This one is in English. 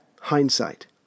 hindsight